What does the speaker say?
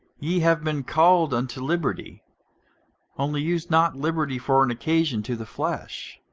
ye have been called unto liberty only use not liberty for an occasion to the flesh,